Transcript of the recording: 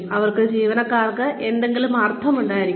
അവർക്ക് ജീവനക്കാരന് എന്തെങ്കിലും അർത്ഥം ഉണ്ടായിരിക്കണം